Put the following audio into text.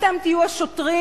אתם תהיו השוטרים,